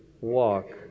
walk